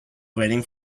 waiting